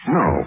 no